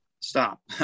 stop